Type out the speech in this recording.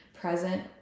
present